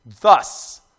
Thus